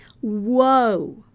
whoa